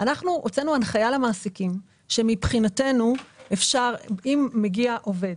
הוצאנו הנחיה למעסיקים שמבחינתנו אם מגיע עובד